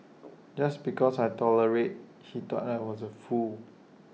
just because I tolerated he thought I was A fool